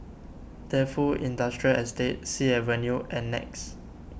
Defu Industrial Estate Sea Avenue and Nex